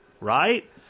right